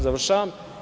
Završavam.